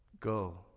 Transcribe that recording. Go